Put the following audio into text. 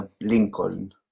Lincoln